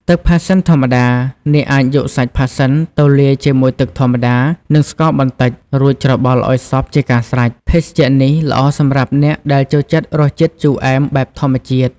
ទឹកផាសសិនធម្មតា អ្នកអាចយកសាច់ផាសសិនទៅលាយជាមួយទឹកធម្មតា និងស្ករបន្តិច រួចច្របល់ឲ្យសព្វជាការស្រេច។ ភេសជ្ជៈនេះល្អសម្រាប់អ្នកដែលចូលចិត្តរសជាតិជូរអែមបែបធម្មជាតិ។